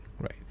right